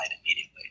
immediately